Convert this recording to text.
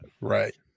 Right